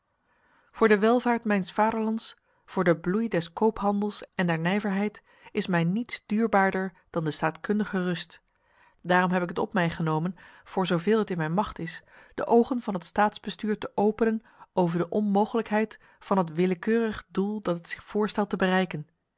voor de welvaart mijns vaderlands voor de bloei des koophandels en der nijverheid is mij niets duurbarer dan de staatkundige rust daarom heb ik het op mij genomen voor zoveel het in mijn macht is de ogen van het staatsbestuur te openen over de onmogelijkheid van het willekeurig doel dat het zich voorstelt te bereiken